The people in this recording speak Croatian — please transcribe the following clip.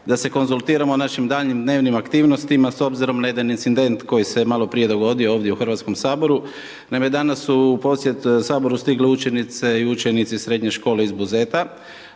da se konzultiramo o našim daljnjim dnevnim aktivnostima s obzirom na jedan incident koji se maloprije dogodio ovdje u HS-u. Naime, danas su u posjet Saboru stigle učenice i učenici srednje škole iz Buzeta,